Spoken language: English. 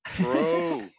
Bro